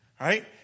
Right